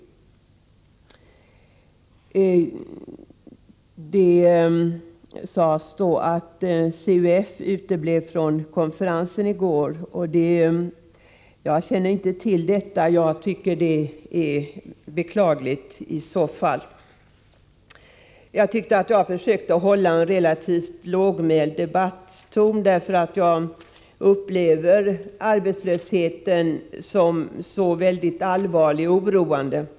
Det sades att CUF uteblev från konferensen. Jag känner inte till detta, men i så fall är det beklagligt. Jag försökte hålla en relativt lågmäld ton i debatten, eftersom jag upplever arbetslösheten som så väldigt allvarlig och oroande.